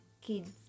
kids